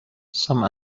some